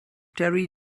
terry